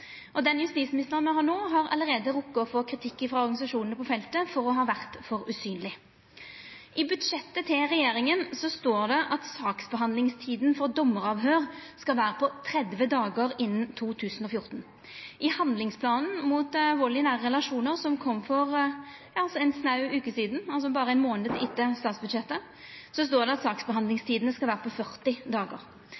og medisinsk. Den justisministeren me har no, har allereie rekt å få kritikk frå organisasjonane på feltet for å ha vore for usynleg. I budsjettet til regjeringa står det at saksbehandlingstida for dommaravhøyr skal vera på 30 dagar innan 2014. I handlingsplanen mot vald i nære relasjonar, som kom for ei snau veke sidan, berre ein månad etter statsbudsjettet, står det at